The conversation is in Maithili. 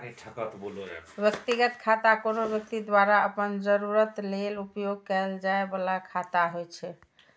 व्यक्तिगत खाता कोनो व्यक्ति द्वारा अपन जरूरत लेल उपयोग कैल जाइ बला खाता होइ छै